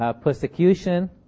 persecution